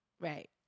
right